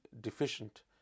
deficient